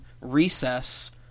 Recess